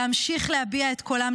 להמשיך להביע את קולם,